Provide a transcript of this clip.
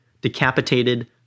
decapitated